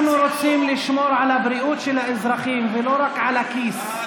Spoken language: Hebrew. אנחנו רוצים לשמור על הבריאות של האזרחים ולא רק על הכיס.